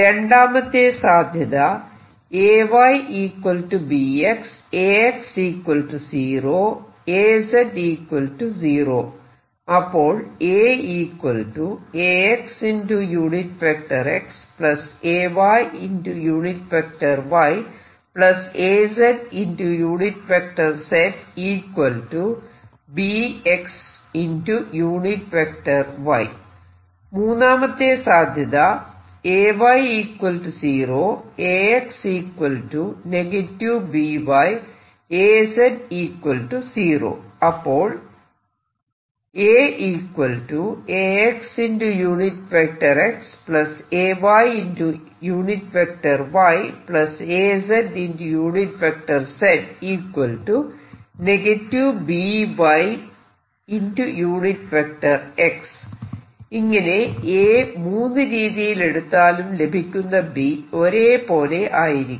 രണ്ടാമത്തെ സാധ്യത അപ്പോൾ മൂന്നാമത്തെ സാദ്ധ്യത അപ്പോൾ ഇങ്ങനെ A മൂന്നു രീതിയിൽ എടുത്താലും ലഭിക്കുന്ന B ഒരേ പോലെ ആയിരിക്കും